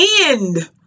end